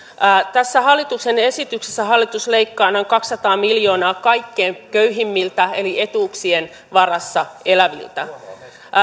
tässä hallituksen esityksessä hallitus leikkaa noin kaksisataa miljoonaa kaikkein köyhimmiltä eli etuuksien varassa eläviltä